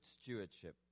stewardship